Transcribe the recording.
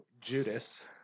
Judas